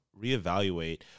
reevaluate